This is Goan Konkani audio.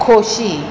खोशी